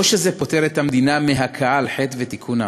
לא שזה פוטר את המדינה מהכאה על חטא ותיקון העוולה,